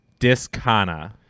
discana